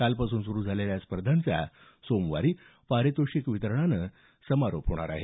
कालपासून सुरू झालेल्या या स्पर्धांचा सोमवारी पारितोषिक वितरणानं समारोप होणार आहे